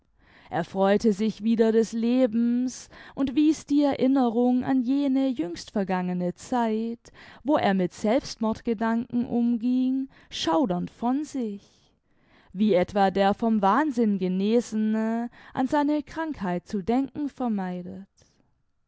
er freute sich wieder des lebens und wies die erinnerung an jene jüngstvergangene zeit wo er mit selbstmordgedanken umging schaudernd von sich wie etwa der vom wahnsinn genesene an seine krankheit zu denken vermeidet